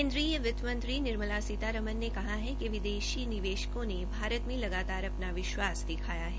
केन्द्रीय वित्तमंत्री निर्मला सीतारमन ने कहा है कि विदेशी निवेशकों ने भारत में लगातार अपना विश्वास दिखाया है